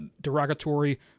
derogatory